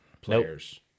players